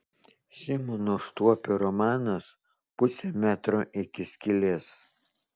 simono štuopio romanas pusė metro iki skylės